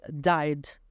died